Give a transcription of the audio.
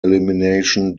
elimination